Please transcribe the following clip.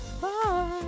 Bye